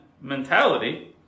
mentality